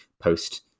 post